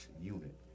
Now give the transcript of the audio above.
unit